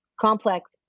complex